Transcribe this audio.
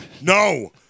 No